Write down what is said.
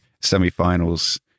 semi-finals